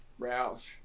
roush